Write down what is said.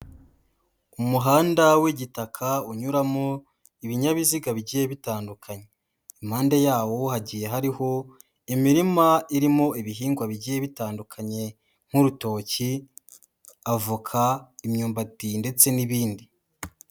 Umuhanda w'igitaka unyuramo ibinyabiziga bigiye bitandukanye. Impande yawo hagiye hariho imirima irimo ibihingwa bigiye bitandukanye: nk'urutoki, avoka, imyumbati ndetse n'ibindi.